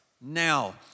Now